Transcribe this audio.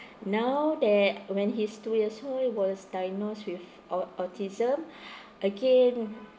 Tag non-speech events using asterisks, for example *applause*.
now that when he's two years old he was diagnosed with au~ autism *breath* again